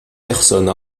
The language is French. personne